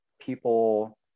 people